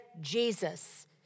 Jesus